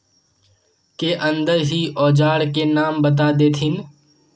के अंदर ही औजार के नाम बता देतहिन?